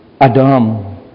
Adam